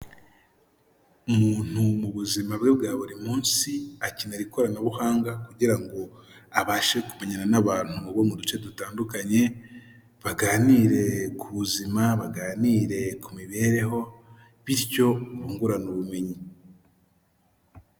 Umuntu mu buzima bwe bwa buri munsi, akenera ikoranabuhanga kugira ngo abashe kumenyana n'abantu bo mu duce dutandukanye, baganire ku buzima, baganire ku mibereho, bityo bungurane ubumenyi.